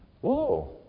Whoa